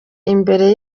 imbere